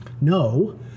no